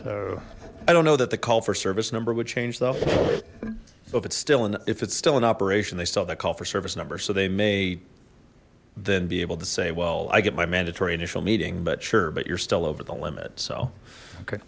there i don't know that the call for service number would change though hope it's still and if it's still in operation they start that call for service number so they may then be able to say well i get my mandatory initial meeting but sure but you're still over the limit so okay